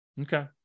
Okay